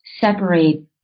separate